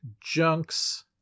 junks